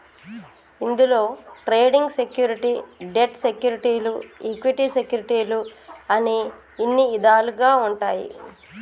ఇందులో trading security, debt సెక్యూరిటీలు equity సెక్యూరిటీలు అని ఇన్ని ఇదాలుగా ఉంటాయి